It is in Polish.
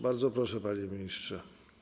Bardzo proszę, panie ministrze.